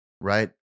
right